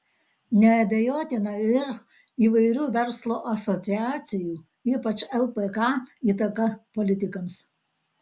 neabejotina ir įvairių verslo asociacijų ypač lpk įtaka politikams